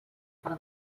per